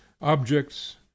objects